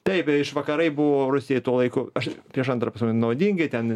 taip vakarai buvo rusijai tuo laiku aš prieš antrą pasaulinį naudingi ten